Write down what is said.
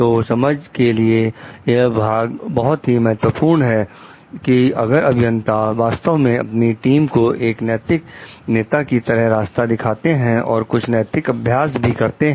तो समझ के लिए यह भाग बहुत ही महत्वपूर्ण है कि अगर अभियंता वास्तव में अपनी टीम को एक नैतिक नेता की तरह रास्ता दिखाते है और कुछ नैतिक अभ्यास भी करते हैं